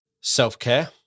Self-care